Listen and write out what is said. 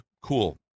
cool